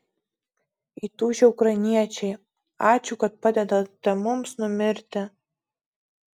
įtūžę ukrainiečiai ačiū kad padedate mums numirti